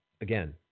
again